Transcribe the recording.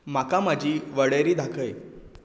म्हाका म्हजी वळेरी दाखय